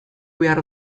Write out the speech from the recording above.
behar